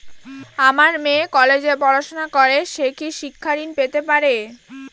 আমার মেয়ে কলেজে পড়াশোনা করে সে কি শিক্ষা ঋণ পেতে পারে?